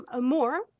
more